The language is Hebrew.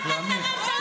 הוא פוגע בביטחון?